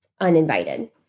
uninvited